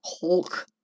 Hulk